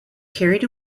carried